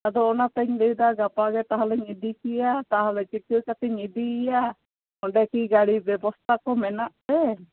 ᱟᱫᱚ ᱚᱱᱟ ᱛᱤᱧ ᱞᱟᱹᱭᱮᱫᱟ ᱜᱟᱯᱟ ᱜᱮ ᱛᱟᱦᱚᱞᱮ ᱤᱫᱤ ᱠᱮᱭᱟ ᱛᱟᱦᱚᱞᱮ ᱪᱤᱠᱟᱹ ᱠᱟᱛᱮᱧ ᱤᱫᱤᱭᱮᱭᱟ ᱚᱸᱰᱮ ᱠᱤ ᱜᱟᱹᱰᱤ ᱵᱮᱵᱚᱥᱛᱟ ᱠᱚ ᱢᱮᱱᱟᱜ ᱛᱮ